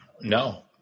No